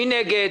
מי נגד?